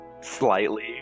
slightly